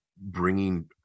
bringing